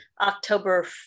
October